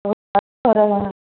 बहुत ज्यादा कह रहे हैं